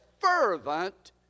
fervent